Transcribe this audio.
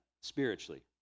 spiritually